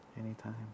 Anytime